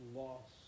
loss